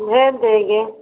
भेज देंगे